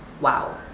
wow